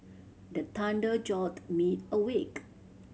the thunder jolt me awake